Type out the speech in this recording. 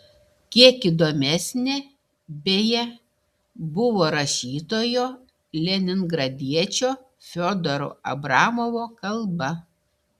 kiek įdomesnė beje buvo rašytojo leningradiečio fiodoro abramovo kalba